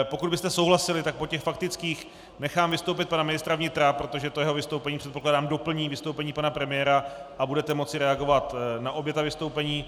Pokud byste souhlasili, tak po těch faktických nechám vystoupit pana ministra vnitra, protože to jeho vystoupení, předpokládám, doplní vystoupení pana premiéra a budete moci reagovat na obě ta vystoupení.